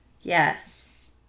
Yes